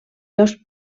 dos